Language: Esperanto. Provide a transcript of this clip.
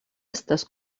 estas